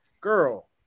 girl